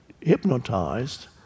hypnotized